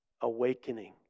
awakening